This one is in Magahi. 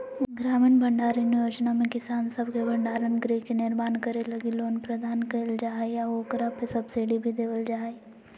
ग्रामीण भंडारण योजना में किसान सब के भंडार गृह के निर्माण करे लगी लोन प्रदान कईल जा हइ आऊ ओकरा पे सब्सिडी भी देवल जा हइ